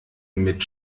mit